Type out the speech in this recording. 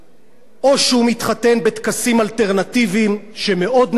או שהוא מתחתן בטקסים אלטרנטיביים, שמאוד נפוצים.